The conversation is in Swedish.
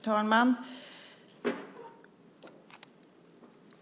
Herr talman!